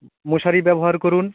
মশারি ব্যবহার করুন